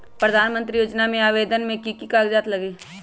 प्रधानमंत्री योजना में आवेदन मे की की कागज़ात लगी?